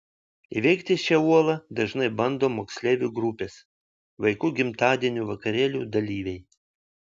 įveikti šią uolą dažnai bando moksleivių grupės vaikų gimtadienių vakarėlių dalyviai